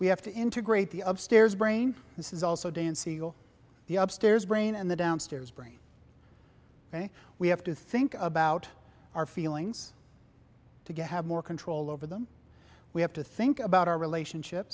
we have to integrate the up stairs brain this is also dancy or the up stairs brain and the downstairs brain we have to think about our feelings to get have more control over them we have to think about our relationship